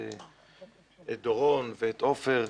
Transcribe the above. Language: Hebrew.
את דורון ואת עופר,